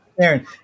aaron